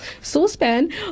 saucepan